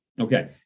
okay